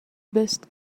best